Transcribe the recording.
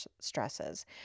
stresses